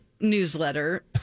newsletter